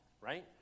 right